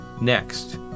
next